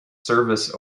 service